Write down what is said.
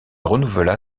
renouvela